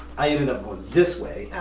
i ended up going this way